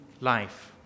life